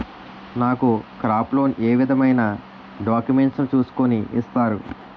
నాకు crop loan ఏ విధమైన డాక్యుమెంట్స్ ను చూస్కుని ఇస్తారు?